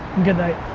good night.